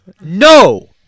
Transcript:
No